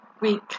week